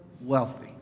wealthy